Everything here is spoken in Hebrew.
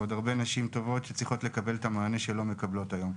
ועוד הרבה נשים טובות שצריכות לקבל את המענה שלא מקבלות היום.